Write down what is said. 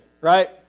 right